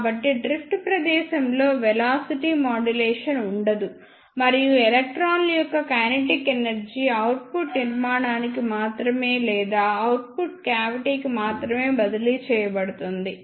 కాబట్టి డ్రిఫ్ట్ ప్రదేశంలో velocity modulation ఉండదు మరియు ఎలక్ట్రాన్ల యొక్క కైనెటిక్ ఎనర్జీ అవుట్పుట్ నిర్మాణానికి మాత్రమే లేదా అవుట్పుట్ క్యావిటికి మాత్రమే బదిలీ చేయబడుతుంది